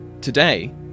Today